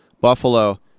Buffalo